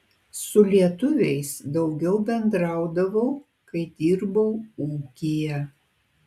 su lietuviais daugiau bendraudavau kai dirbau ūkyje